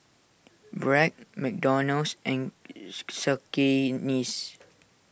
Bragg McDonald's and Cakenis